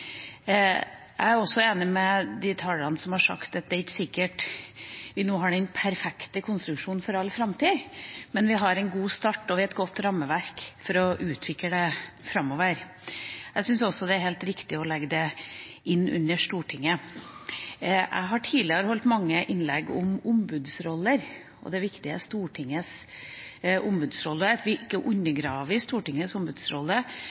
Jeg er også enig med de talerne som har sagt at det ikke er sikkert at vi nå har den perfekte konstruksjonen for all framtid. Men vi har en god start, og vi har et godt rammeverk for å utvikle det framover. Jeg syns også det er helt riktig å legge det inn under Stortinget. Jeg har tidligere holdt mange innlegg om ombudsroller. Det er viktig at vi ikke undergraver Stortingets ombudsrolle